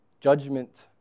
judgment